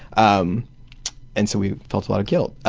um and so we felt a lot of guilt.